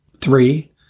Three